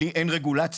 לי אין רגולציה,